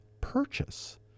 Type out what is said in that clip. purchase